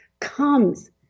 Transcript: comes